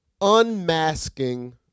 unmasking